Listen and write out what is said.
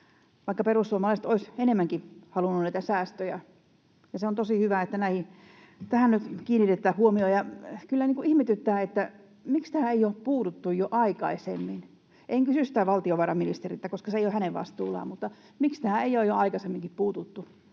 vaikka perussuomalaiset olisivat enemmänkin halunneet näitä säästöjä. Ja se on tosi hyvä, että tähän nyt kiinnitetään huomiota. Kyllä ihmetyttää, miksi tähän ei ole puututtu jo aikaisemmin. En kysy sitä valtiovarainministeriltä, koska se ei ole hänen vastuullaan, mutta miksi tähän ei ole jo aikaisemminkin puututtu?